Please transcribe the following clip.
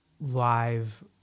live